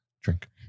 drink